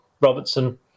Robertson